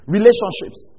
Relationships